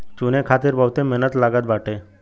चुने खातिर बहुते मेहनत लागत बाटे